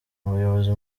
abayobozi